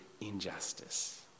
injustice